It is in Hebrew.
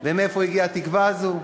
ומאיפה הגיעה התקווה הזאת?